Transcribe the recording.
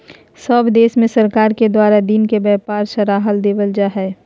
सब देश में सरकार के द्वारा दिन के व्यापार के सराहना देवल जा हइ